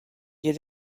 you